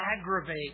aggravate